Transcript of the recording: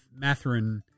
Matherin